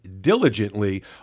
diligently